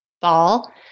ball